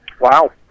Wow